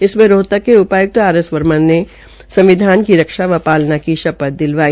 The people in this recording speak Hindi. इस में रोहतक के उपायुक्त आरएस वर्मा ने संविधान की रक्षा व पालना की शपथ भी दिलवाई